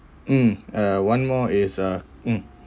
mm uh one more is uh mm